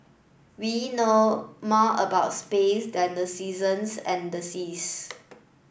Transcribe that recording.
we know more about space than the seasons and the seas